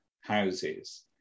houses